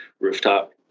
rooftop